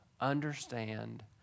understand